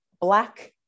black